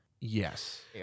yes